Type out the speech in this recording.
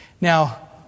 Now